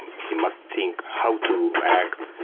he must think how to act,